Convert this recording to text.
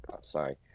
sorry